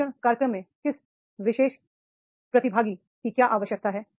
प्रशिक्षण कार्यक्रम में किसी विशेष प्रतिभागी की क्या आवश्यकता है